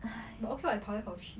but I feel like 跑来跑去: pao lai pao qu